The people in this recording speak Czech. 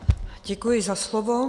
Děkuji za slovo.